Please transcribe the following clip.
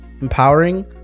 empowering